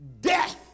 death